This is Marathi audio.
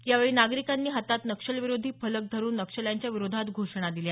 यावेळी नागरिकांनी हातात नक्षलविरोधी फलक धरुन नक्षल्यांच्या विरोधात घोषणा दिल्या